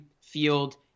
field